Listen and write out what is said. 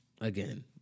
again